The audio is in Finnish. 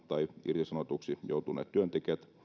tai irtisanotuiksi joutuneet työntekijät